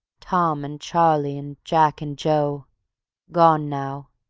tom and charlie, and jack and joe gone now,